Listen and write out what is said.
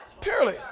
Purely